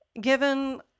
given